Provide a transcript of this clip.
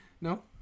No